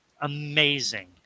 amazing